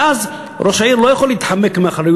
ואז ראש העיר לא יכול להתחמק מאחריות